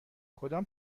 کدام